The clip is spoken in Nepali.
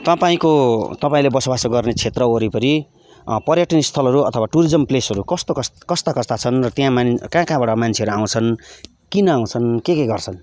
तपाईँको तपाईँले बसोबासो गर्ने क्षेत्र वरिपरि पर्यटन स्थलहरू अथवा टुरिजम प्लेसहरू कस्तो कस कस्ता कस्ता छन् र त्यहाँ मान कहाँ कहाँबाट मान्छेहरू आउँछन् किन आउछन् के के गर्छन्